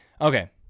okay